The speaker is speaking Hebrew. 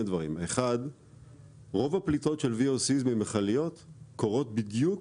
דברים: רוב הפליטות של VOC ממכליות קורות בדיוק